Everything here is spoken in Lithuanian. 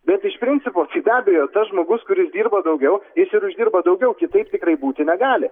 bet iš principo tai be abejo tas žmogus kuris dirba daugiau jis ir uždirba daugiau kitaip tikrai būti negali